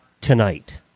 tonight